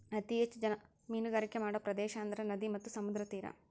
ಅತೇ ಹೆಚ್ಚ ಜನಾ ಮೇನುಗಾರಿಕೆ ಮಾಡು ಪ್ರದೇಶಾ ಅಂದ್ರ ನದಿ ಮತ್ತ ಸಮುದ್ರದ ತೇರಾ